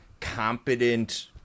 competent